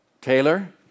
Taylor